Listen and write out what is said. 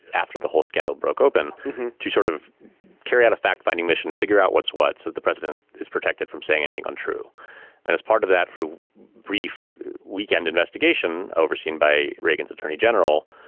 after the whole scandal broke open to sort of carry out a fact finding mission, figure out what's what's that. the president is protected from saying anything untrue and as part of that brief weekend investigation overseen by reagan's attorney general.